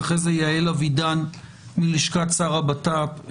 ואחרי זה יעל אבידן מלשכת שר הבט"פ.